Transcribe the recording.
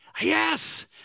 Yes